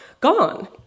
gone